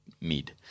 mid